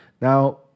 Now